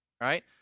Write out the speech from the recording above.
Right